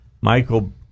Michael